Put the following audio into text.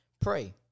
pray